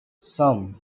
some